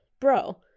bro